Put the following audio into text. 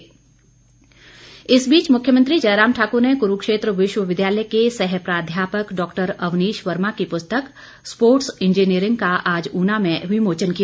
विमोचन इस बीच मुख्यमंत्री जयराम ठाकुर ने कुरुक्षेत्र विश्वविद्यालय के सह प्राध्यापक डॉक्टर अवनीश वर्मा की पुस्तक स्पोर्ट्स इंजीनियरिंग का आज ऊना में विमोचन किया